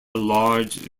large